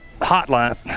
hotline